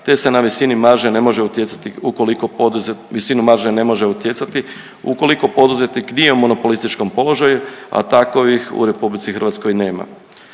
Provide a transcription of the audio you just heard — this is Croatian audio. ukoliko visinu marže ne može utjecati ukoliko poduzetnik nije u mnopolističkom položaju, a takovih u RH nema.